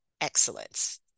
excellence